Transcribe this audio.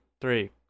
Three